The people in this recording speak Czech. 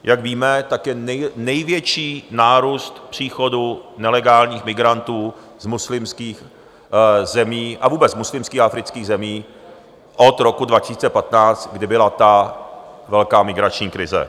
Jak víme, je největší nárůst příchodu nelegálních migrantů z muslimských zemí a vůbec muslimských a afrických zemí od roku 2015, kdy byla ta velká migrační krize.